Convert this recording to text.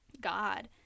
God